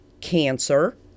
cancer